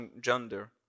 gender